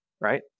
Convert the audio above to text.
Right